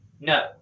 no